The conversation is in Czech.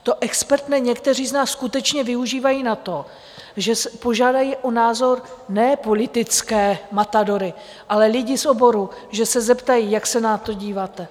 To expertné někteří z nás skutečně využívají na to, že požádají o názor ne politické matadory, ale lidi z oboru, že se zeptají, jak se na to díváte.